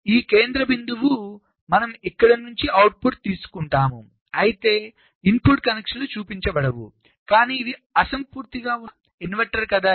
ఈ కేంద్ర బిందువు మనం ఇక్కడి నుంచే అవుట్పుట్ తీసుకుంటాము అయితే ఇన్పుట్ కనెక్షన్లు చూపించబడవు కానీ ఇవి అసంపూర్తిగా ఉన్న ఇన్వర్టర్ కదా